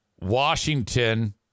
Washington